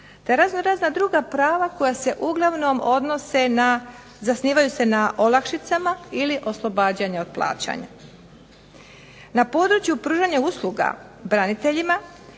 te razno-razna druga prava koja se uglavnom odnose zasnivaju se na olakšicama ili oslobađanja od plaćanja. Na području pružanja usluga braniteljima